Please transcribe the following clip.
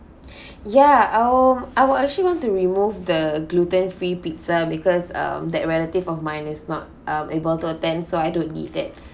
ya um I would actually want to remove the gluten free pizza because um that relative of mine is not um able to attend so I don't need that